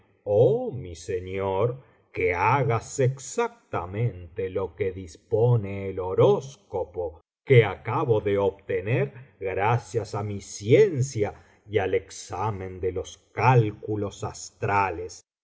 oh mi señor que hagas exactamente lo que dispone el horóscopo que acabo de obtener gracias á mi ciencia y al examen de los cálculos astrales